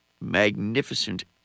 Magnificent